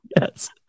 yes